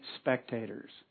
spectators